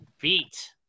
beat